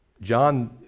John